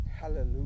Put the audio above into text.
hallelujah